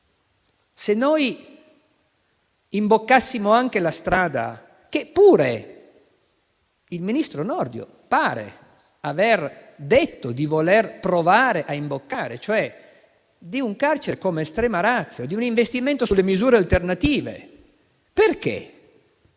se imboccassimo anche la strada che pure il ministro Nordio pare aver detto di voler provare, cioè quella del carcere come *extrema ratio* e di un investimento sulle misure alternative, perché si